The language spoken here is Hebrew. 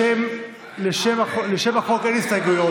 לשם החוק אין הסתייגויות.